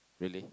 really